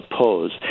oppose